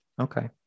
okay